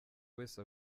wese